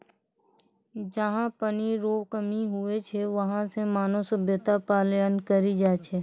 जहा पनी रो कमी हुवै छै वहां से मानव सभ्यता पलायन करी जाय छै